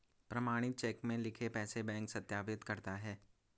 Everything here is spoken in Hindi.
प्रमाणित चेक में लिखे पैसे बैंक सत्यापित करता है